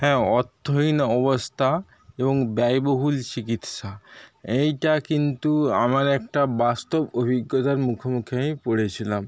হ্যাঁ অর্থহীন অবস্থা এবং ব্যয়বহুল চিকিৎসা এইটা কিন্তু আমার একটা বাস্তব অভিজ্ঞতার মুখোমুখি আমি পড়েছিলাম